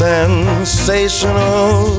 Sensational